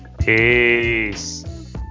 peace